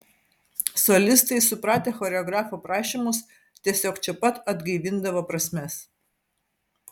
solistai supratę choreografo prašymus tiesiog čia pat atgaivindavo prasmes